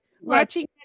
watching